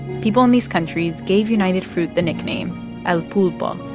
people in these countries gave united fruit the nickname el pulpo,